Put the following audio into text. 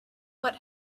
what